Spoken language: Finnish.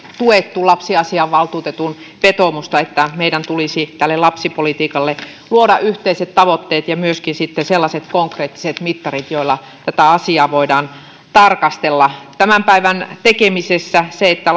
tuettu lapsiasiainvaltuutetun vetoomusta että meidän tulisi tälle lapsipolitiikalle luoda yhteiset tavoitteet ja myöskin sitten sellaiset konkreettiset mittarit joilla tätä asiaa voidaan tarkastella tämän päivän tekemisessä se että